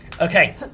Okay